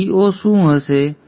હવે વો શું હશે